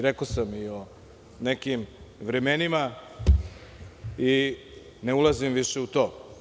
Rekao sam i o nekim vremenima i ne ulazim više u to.